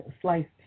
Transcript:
sliced